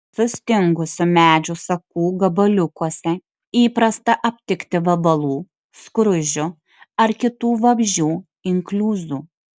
sustingusių medžių sakų gabaliukuose įprasta aptikti vabalų skruzdžių ar kitų vabzdžių inkliuzų